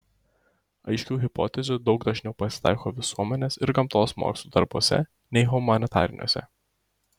aiškių hipotezių daug dažniau pasitaiko visuomenės ir gamtos mokslų darbuose nei humanitariniuose